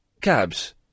cabs